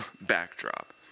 backdrop